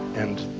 and